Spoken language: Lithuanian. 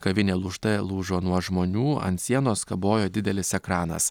kavinė lūžte lūžo nuo žmonių ant sienos kabojo didelis ekranas